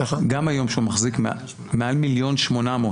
גם היום, כשהוא מחזיק מעל מיליון שמונה מאות.